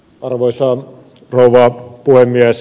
arvoisa rouva puhemies